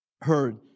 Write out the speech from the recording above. heard